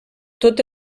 tot